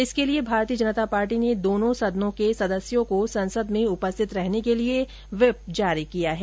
इसके लिए भारतीय जनता पार्टी ने दोनो सदनों के सदस्यों को संसद में उपस्थित रहने के लिए व्हिप जारी किया है